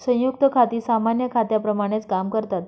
संयुक्त खाती सामान्य खात्यांप्रमाणेच काम करतात